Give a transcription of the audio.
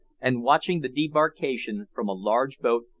and watching the debarkation, from a large boat,